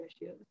issues